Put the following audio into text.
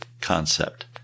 concept